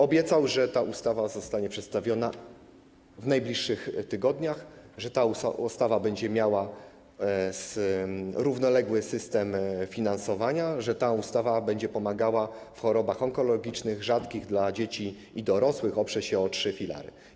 Obiecał, że ta ustawa zostanie przedstawiona w najbliższych tygodniach, że ta ustawa będzie miała równoległy system finansowania, że ta ustawa będzie pomagała w chorobach onkologicznych, rzadkich u dzieci i dorosłych, oprze się o trzy filary.